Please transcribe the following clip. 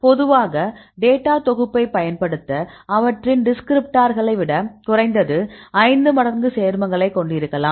பொதுவாக டேட்டா தொகுப்பைப் பயன்படுத்த அவற்றின் டிஸ்கிரிப்டார்களை விட குறைந்தது 5 மடங்கு சேர்மங்களைக் கொண்டிருக்கலாம்